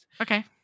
Okay